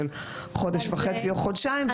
של חודש וחצי או חודשיים,